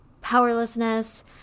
powerlessness